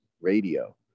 radio